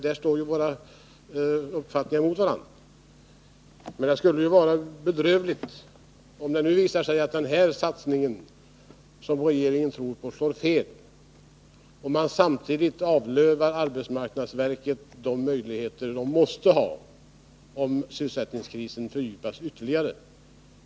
Där står våra uppfattningar emot varandra, men det skulle vara bedrövligt om det visar sig att den här satsningen, som regeringen tror på, slår fel och man samtidigt ”avlövar” arbetsmarknadsverket de möjligheter det måste ha om sysselsättningskrisen fördjupas ytterligare.